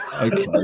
okay